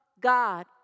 God